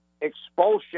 expulsion